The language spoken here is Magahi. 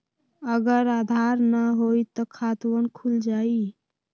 अगर आधार न होई त खातवन खुल जाई?